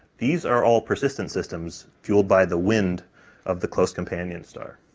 these are all persistent systems, fueled by the wind of the close companion star.